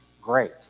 Great